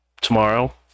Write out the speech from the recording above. tomorrow